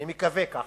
אני מקווה ככה,